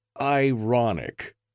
ironic